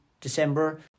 December